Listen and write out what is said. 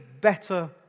better